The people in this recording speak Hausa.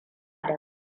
da